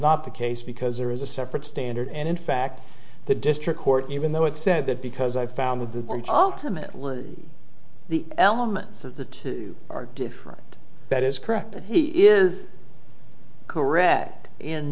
not the case because there is a separate standard and in fact the district court even though it said that because i found with the ultimate the elements of the two are different that is correct and he is correct in